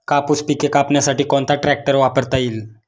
कापूस पिके कापण्यासाठी कोणता ट्रॅक्टर वापरता येईल?